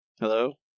Hello